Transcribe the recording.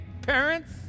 parents